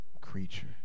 creature